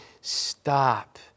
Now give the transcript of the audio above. stop